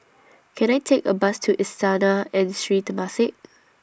Can I Take A Bus to Istana and Sri Temasek